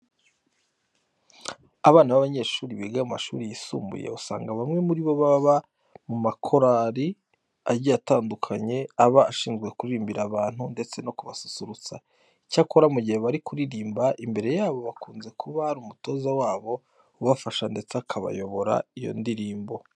Abana b'abanyeshuri biga mu mashuri yisumbuye usanga bamwe muri bo baba mu makorari agiye atandukanye aba ashinzwe kuririmbira abantu ndetse no kubasusurutsa. Icyakora mu gihe bari kuririmba imbere yabo hakunze kuba hari umutoza wabo ubafasha ndetse akayobora iyo ndirimbo.